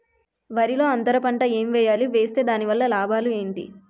వరిలో అంతర పంట ఎం వేయాలి? వేస్తే దాని వల్ల లాభాలు ఏంటి?